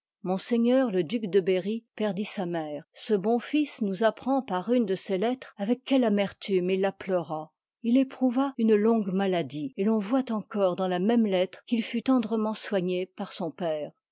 ms le duc de berry perdit sa mère ce ban fils nous apprend par une de ses lettres avec quelle amertume il la pleura il éprouva une longue maladie et ton voit encore dans la même lettre qu'il fut tendrement soigné par son père